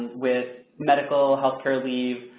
with medical healthcare leave